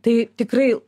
tai tikrai